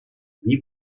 wie